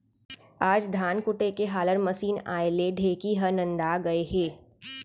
आज धान कूटे के हालर मसीन आए ले ढेंकी ह नंदा गए हे